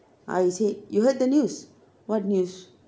ah he say you heard the news what news